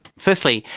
firstly,